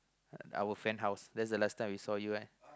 our friend house that's the last time we saw you right